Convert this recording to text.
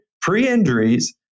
pre-injuries